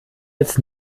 als